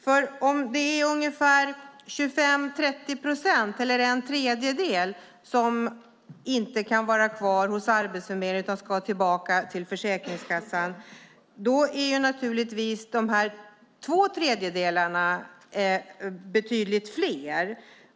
Om det är ungefär 25-30 procent, en tredjedel, som inte kan vara kvar hos Arbetsförmedlingen utan som ska tillbaka till Försäkringskassan är självfallet två tredjedelar betydligt fler.